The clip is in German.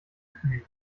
kühn